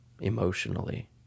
emotionally